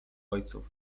ojców